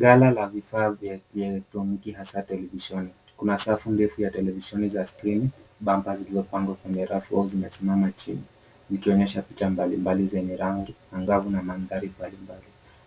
Gala la vifaa vya kielektroniki hasa televisheni. Kuna safu ndefu ya televisheni za skrini, bampa zilizopangwa kwenye rafu au zimesimama chini zikionyesha picha mbalimbali zenye rangi angavu na mandhari mbalimbali.